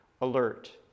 alert